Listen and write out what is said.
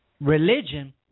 religion